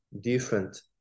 different